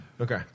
Okay